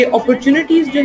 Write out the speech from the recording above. opportunities